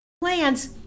plans